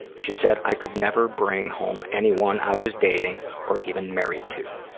she said i could never bring home anyone i was dating or even married to.